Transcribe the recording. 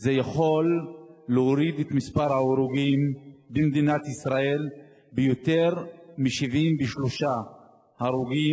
זה יכול להוריד את מספר ההרוגים במדינת ישראל ביותר מ-73 הרוגים,